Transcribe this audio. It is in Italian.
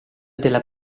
della